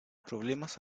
problemas